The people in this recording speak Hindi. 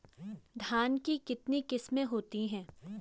धान की कितनी किस्में होती हैं?